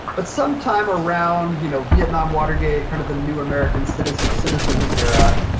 but sometime around you know vietnam, watergate, kind of the new american cynicism cynicism era,